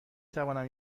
توانم